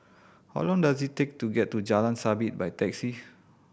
how long does it take to get to Jalan Sabit by taxi